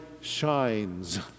shines